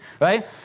right